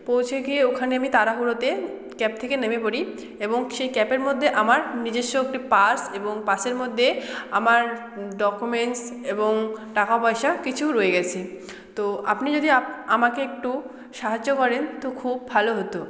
পৌঁছে গিয়ে ওখানে আমি তাড়াহুড়োতে ক্যাব থেকে নেমে পড়ি এবং সেই ক্যাবের মধ্যে আমার নিজেস্ব একটি পাস এবং পাসের মধ্যে আমার ডকুমেন্টস এবং টাকা পয়সা কিছু রয়ে গেছে তো আপনি যদি আপ আমাকে একটু সাহায্য করেন তো খুব ভালো হতো